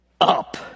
up